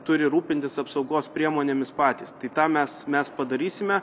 turi rūpintis apsaugos priemonėmis patys tai tą mes mes padarysime